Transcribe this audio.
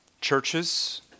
churches